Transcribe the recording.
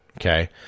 Okay